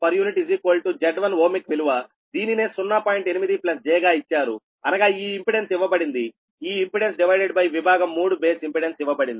8 j గా ఇచ్చారు అనగా ఈ ఇంపెడెన్స్ ఇవ్వబడిందిఈ ఇంపెడెన్స్ డివైడెడ్ బై విభాగం 3 బేస్ ఇంపెడెన్స్ ఇవ్వబడింది